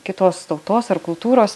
kitos tautos ar kultūros